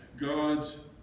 God's